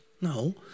No